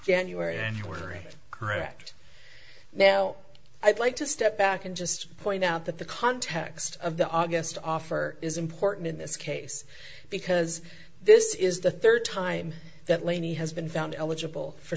right correct now i'd like to step back and just point out that the context of the august offer is important in this case because this is the third time that laney has been found eligible for